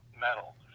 metal